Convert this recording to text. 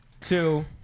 two